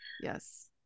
Yes